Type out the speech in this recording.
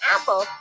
apple